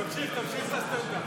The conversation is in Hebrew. תמשיך, תמשיך בסטנדאפ.